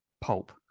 pulp